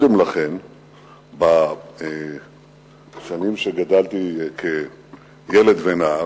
בשנים שגדלתי כילד ונער,